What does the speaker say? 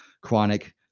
chronic